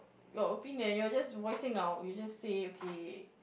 your opinion you're just voicing out you just say okay